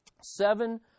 seven